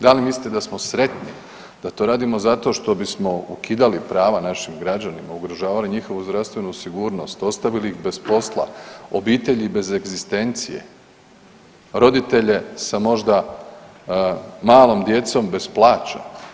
Da li mislite da smo sretni, da to radimo zato što bismo ukidali prava našim građanima, ugrožavali njihovu zdravstvenu sigurnost, ostavili ih bez posla, obitelji bez egzistencije, roditelje sa možda malom djecom bez plaća?